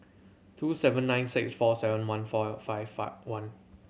two seven nine six four seven one four five five one